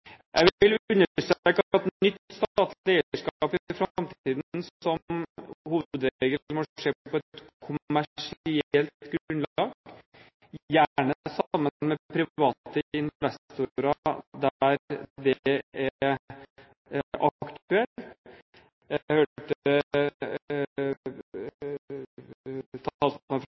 Jeg vil understreke at nytt statlig eierskap i framtiden som hovedregel må skje på et kommersielt grunnlag, gjerne sammen med private investorer der det er aktuelt. Jeg hørte